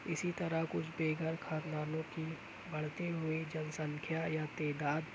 اسی طرح کچھ بےگھر خاندانوں کی بڑھتی ہوئی جَن سنکھیا یا تعداد